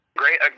great